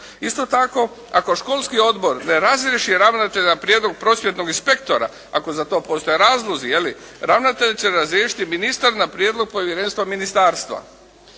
Isto tako, ako školski odbor ne razriješi ravnatelja na prijedlog prosvjetnog inspektora ako za to postoje razlozi ravnatelja će razriješiti ministar na prijedlog povjerenstva ministarstva.